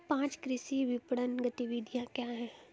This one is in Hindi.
पाँच कृषि विपणन गतिविधियाँ क्या हैं?